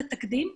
זה תקדים.